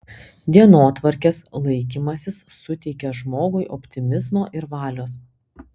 dienotvarkės laikymasis suteikia žmogui optimizmo ir valios